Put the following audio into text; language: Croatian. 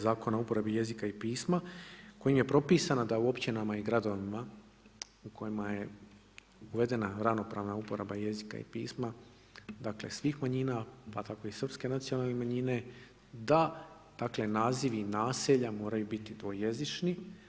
Zakona o uporabi jezika i pisma kojim je propisano da u općinama i gradovima u kojima je uvedena ravnopravna uporaba jezika i pisma svih manjina, pa tako i Srpske nacionalne manjine da nazivi naselja moraju biti dvojezični.